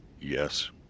Yes